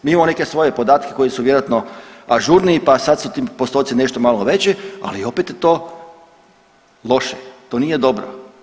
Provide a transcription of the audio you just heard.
Mi imamo neke svoje podatke koji su vjerojatno ažurniji pa sad su ti postoci nešto malo veći, ali opet je to loše, to nije dobro.